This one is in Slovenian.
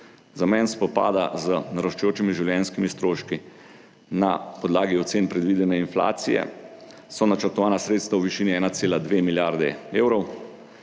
Zamen spopada z naraščajočimi življenjskimi stroški na podlagi ocen predvidene inflacije so načrtovana sredstva v višini 1,2 milijardi evrov.